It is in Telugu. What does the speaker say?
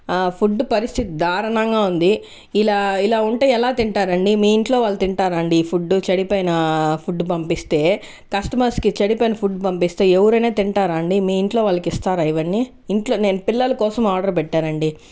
ఫుడ్ పరిస్థితి దారుణంగా ఉంది ఇలా ఇలా ఉంటే ఎలా తింటారండి మీ ఇంట్లో వాళ్ళు తింటారా అండి ఈ ఫుడ్ చెడిపోయిన ఫుడ్ పంపిస్తే కస్టమర్స్ కి చెడిపోయిన ఫుడ్ పంపిస్తే ఎవరైనా తింటారా అండి మీ ఇంట్లో వాళ్ళకి ఇస్తారా ఇవన్నీ ఇంట్లో నేను పిల్లల కోసం ఆర్డర్ పెట్టానండి